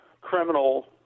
criminal